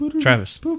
Travis